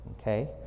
Okay